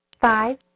Five